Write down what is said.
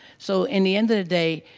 so in the end of the day,